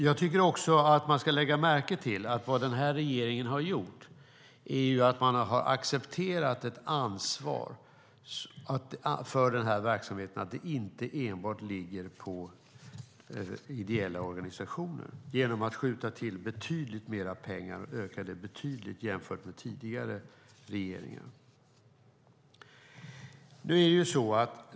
Jag tycker också att man ska lägga märke till att vad den här regeringen har gjort är att acceptera ett ansvar för den här verksamheten, så att det inte enbart ligger på ideella organisationer. Det har man gjort genom att skjuta till betydligt mer pengar än tidigare regeringar.